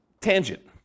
tangent